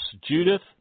Judith